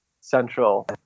central